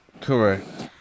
Correct